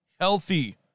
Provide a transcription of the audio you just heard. healthy